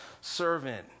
servant